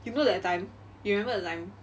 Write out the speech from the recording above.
you know that time you remember that time